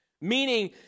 Meaning